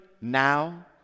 now